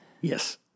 Yes